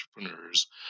entrepreneurs